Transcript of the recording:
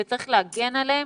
וצריך להגן עליהם,